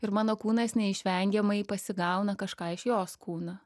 ir mano kūnas neišvengiamai pasigauna kažką iš jos kūną